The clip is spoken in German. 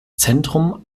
zentrum